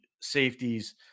safeties